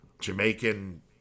Jamaican